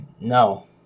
no